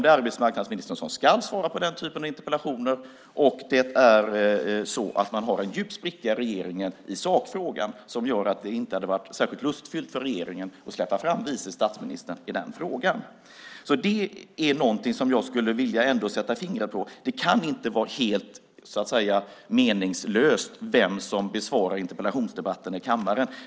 Det är arbetsmarknadsministern som ska svara på den typen av interpellationer, och man har en djup spricka i regeringen i sakfrågan, vilket gör att det inte hade varit särskilt lustfyllt för regeringen att släppa fram vice statsministern i den frågan. Det är något som jag skulle vilja sätta fingret på. Det kan inte vara helt betydelselöst vem som besvarar interpellationer i kammaren.